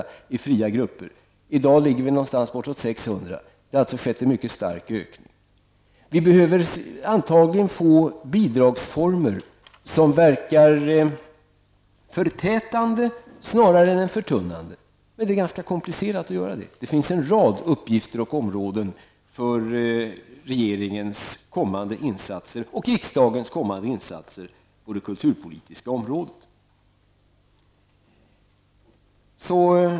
I dag ligger siffran runt 600. Det har alltså skett en mycket stark ökning. Vi behöver antagligen få bidragsformer som verkar förtätande snarare än förtunnande. Men detta är ganska komplicerat att genomföra. Det finns en rad uppgifter och områden för regeringens och riksdagens kommande insatser på det kulturpolitiska området.